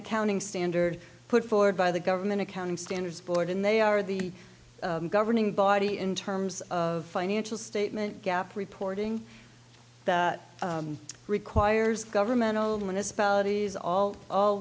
accounting standard put forward by the government accounting standards board and they are the governing body in terms of financial statement gap reporting that requires governmentally when this is all all